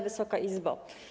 Wysoka Izbo!